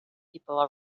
people